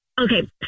okay